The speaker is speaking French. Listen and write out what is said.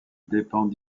dépend